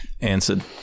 answered